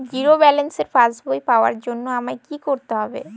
Zero ব্যালেন্সের পাসবই পাওয়ার জন্য আমায় কী করতে হবে?